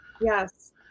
Yes